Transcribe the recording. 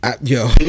Yo